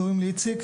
קוראים לי איציק,